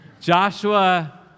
Joshua